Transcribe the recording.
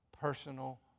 personal